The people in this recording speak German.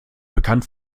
bekannt